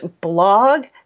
blog